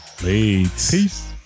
Peace